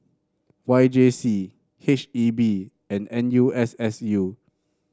Y J C H E B and N U S S U